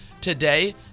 Today